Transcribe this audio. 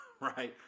right